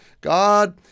God